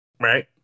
right